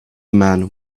man